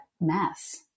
mess